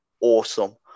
awesome